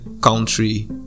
country